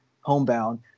homebound